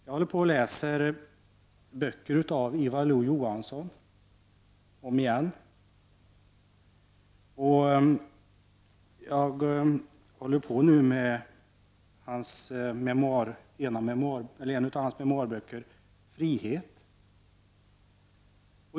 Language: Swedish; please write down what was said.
Jag håller på att läsa om igen böcker av Ivar Lo-Johansson. Jag håller nu på att läsa en av hans memoarböcker, nämligen Frihet.